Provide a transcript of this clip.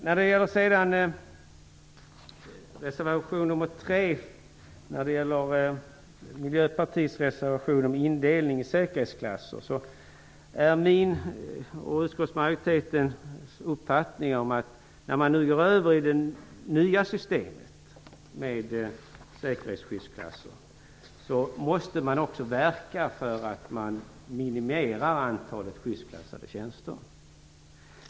När det gäller Miljöpartiets reservation nr 3 om indelning i säkerhetsklasser är det min och utskottsmajoritetens uppfattning att när man nu går över i det nya systemet med säkerhetsskyddsklasser måste man också verka för att minimera antalet skyddsklassade tjänster.